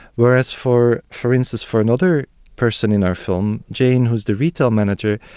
whereas, for for instance, for another person in our film, jane, who is the retail manager,